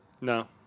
No